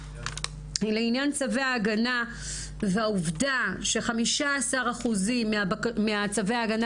לעניין צווי ההגנה והעובדה ש-15% מצווי ההגנה